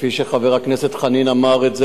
כפי שחבר הכנסת חנין אמר את זה,